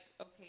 okay